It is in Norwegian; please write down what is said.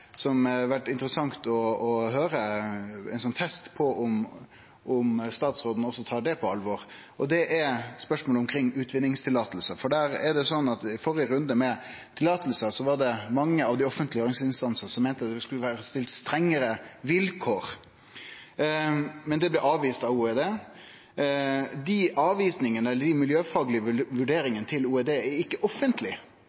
ein test av om statsråden òg tek det på alvor – er spørsmålet omkring utvinningstillatingar. I førre runde med tillatingar var det mange av dei offentlege instansane som meinte at det skulle vore stilt strengare vilkår, men det blei avvist av Olje- og energidepartementet. Dei avvisingane, dei miljøfaglege vurderingane til Olje- og energidepartementet, er ikkje offentlege. Vil Olje- og energidepartementet offentleggjere dei miljøfaglege